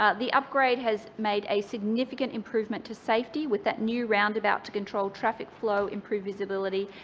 ah the upgrade has made a significant improvement to safety, with that new roundabout to control traffic flow, improve visibility,